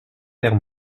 vers